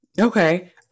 Okay